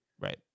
Right